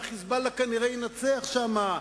וה"חיזבאללה" כנראה ינצח שם,